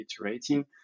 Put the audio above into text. iterating